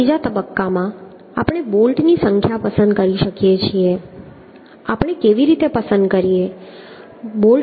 આગળના ત્રીજા તબક્કામાં આપણે બોલ્ટની સંખ્યા પસંદ કરી શકીએ છીએ આપણે કેવી રીતે પસંદ કરીએ